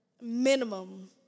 minimum